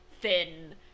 thin